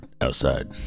outside